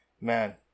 man